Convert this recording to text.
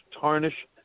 tarnish